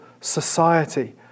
society